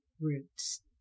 roots